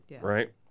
right